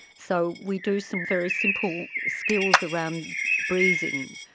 so we do some very simple skills around breathing,